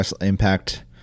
Impact